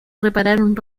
repararon